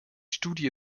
studie